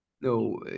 No